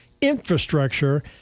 infrastructure